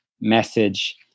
message